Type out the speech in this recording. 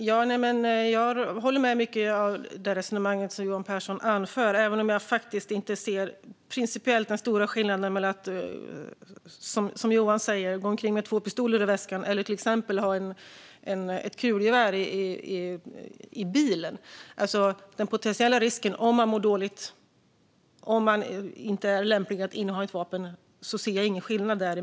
Fru talman! Jag håller med om mycket av det resonemang som Johan Pehrson för, även om jag inte ser någon principiellt stor skillnad mellan att gå omkring med två pistoler i väskan eller att exempelvis ha ett kulgevär i bilen. Jag ser ingen skillnad mellan dessa exempel vid den potentiella risken om någon mår dåligt eller inte är lämplig att inneha ett vapen.